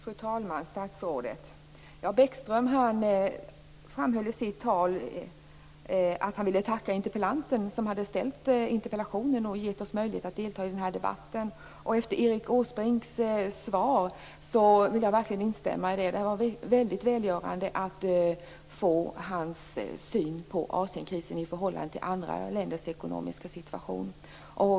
Fru talman! Statsrådet! Bäckström framhöll i sitt tal att han ville tacka interpellanten, som har ställt interpellationen och gett oss möjlighet att delta i den här debatten. Efter Erik Åsbrinks svar vill jag verkligen instämma i det. Det var mycket välgörande att få Erik Åsbrinks syn på krisen i Asien i förhållande till andra länders situation.